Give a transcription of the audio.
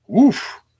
Oof